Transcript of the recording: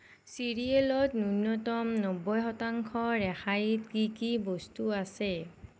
চিৰিয়েলত ন্যূনতম নব্বৈ শতাংশ ৰেহাইত কি কি বস্তু আছে